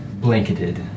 blanketed